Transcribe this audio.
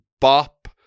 bop